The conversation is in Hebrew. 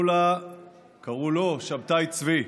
קראו לו שבתאי צבי.